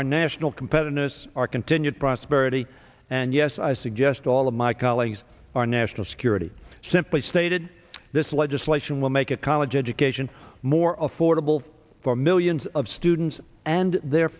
our national competitiveness our continued prosperity and yes i suggest all of my colleagues our national security simply stated this legislation will make a college education more affordable for millions of students and their